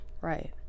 Right